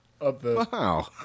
Wow